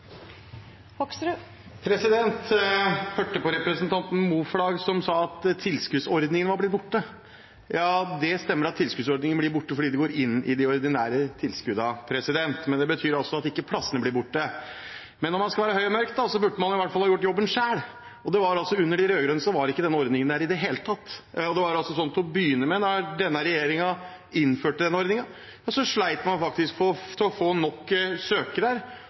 Jeg hørte representanten Moflag si at tilskuddsordningen var blitt borte. Ja, det stemmer at tilskuddsordningen blir borte, fordi det går inn i de ordinære tilskuddene, men det betyr altså ikke at plassene blir borte. Men når man skal være høy og mørk, burde man i hvert fall ha gjort jobben selv, og under de rød-grønne var ikke denne ordningen der i det hele tatt. Og til å begynne med, da denne regjeringen innførte ordningen, slet man faktisk med å få nok søkere.